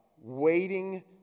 waiting